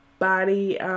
body